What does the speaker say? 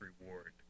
reward